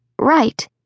Right